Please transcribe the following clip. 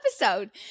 episode